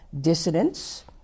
dissidents